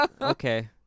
Okay